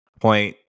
Point